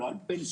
לא על פנסיה,